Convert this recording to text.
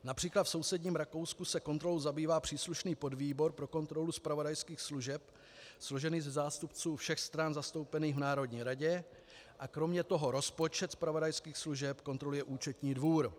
Například v sousedním Rakousku se kontrolou zabývá příslušný podvýbor pro kontrolu zpravodajských služeb složený ze zástupců všech stran zastoupených v Národní radě a kromě toho rozpočet zpravodajských služeb kontroluje účetní dvůr.